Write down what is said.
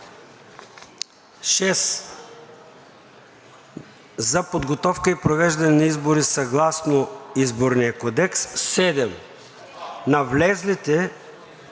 6. за подготовката и произвеждането на избори съгласно Изборния кодекс; 7. на влезлите